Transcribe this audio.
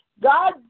God